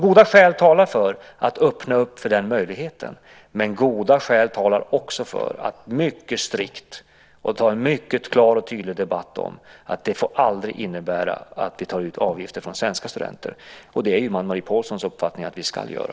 Goda skäl talar alltså för att öppna upp för denna möjlighet. Men goda skäl talar också för att man ska vara mycket strikt och att man ska ha en mycket klar och tydlig debatt om att det aldrig får innebära att vi tar ut avgifter från svenska studenter. Det är ju Anne-Marie Pålssons uppfattning att vi ska göra.